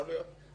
יכול להיות.